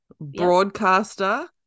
Broadcaster